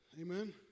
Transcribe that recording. amen